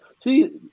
See